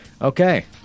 Okay